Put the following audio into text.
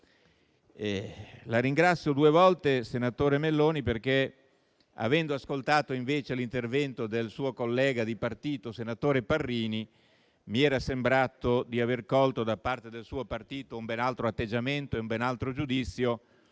La ringrazio due volte, senatore Meloni, perché, avendo ascoltato anche l'intervento del suo collega di partito, senatore Parrini, mi era sembrato di aver colto da parte del suo partito un ben altro atteggiamento e un ben altro giudizio;